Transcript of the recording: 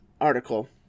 article